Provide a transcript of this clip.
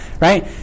Right